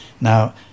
Now